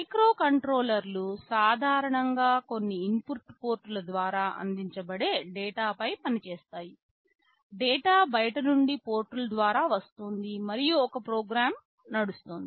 మైక్రోకంట్రోలర్లు సాధారణంగా కొన్ని ఇన్పుట్ పోర్టుల ద్వారా అందించబడే డేటాపై పనిచేస్తాయి డేటా బయటి నుండి పోర్టుల ద్వారా వస్తోంది మరియు ఒక ప్రోగ్రామ్ నడుస్తోంది